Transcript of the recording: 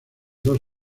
dos